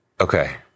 Okay